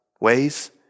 ways